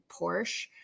porsche